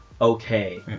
okay